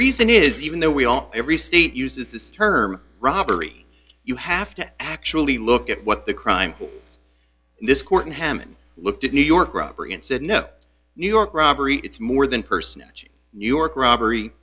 reason is even though we all every state uses this term robbery you have to actually look at what the crime is in this court and hammon looked at new york robbery and said no new york robbery it's more than personage new york robbery